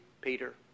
Peter